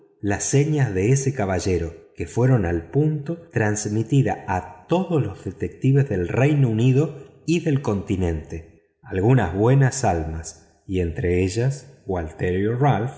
las señas de ese caballero que fueron al punto transmitidas a todos los detectives del reino unido y del gobierno algunas buenas almas y entre ellos